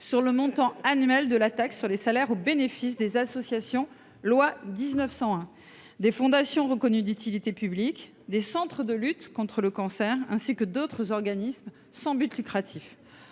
sur le montant annuel de la taxe sur les salaires au bénéfice des associations régies par la loi du 1 juillet 1901, des fondations reconnues d’utilité publique, des centres de lutte contre le cancer ainsi que d’autres organismes à but non lucratif.